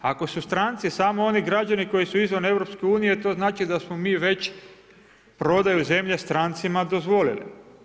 Ako su stranci samo oni građani koji su izvan EU, to znači da smo mi već prodaju zemlje strancima dozvolili.